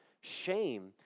shame